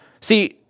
See